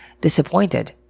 disappointed